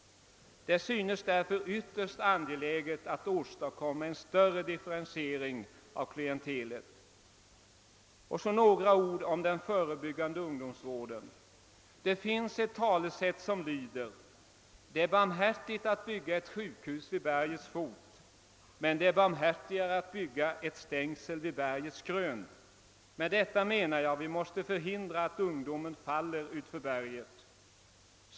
Det synes därför ytterst angeläget att åstadkomma en större differentiering av klientelet. Så några ord om den förebyggande ungdomsvården. Det finns ett talesätt som lyder: Det är barmhärtigt att bygga ett sjukhus vid bergets fot, med det är barmhärtigare att bygga ett stängsel vid bergets krön. Med detta menar jag att vi måste förhindra att ungdomen »faller utför berget».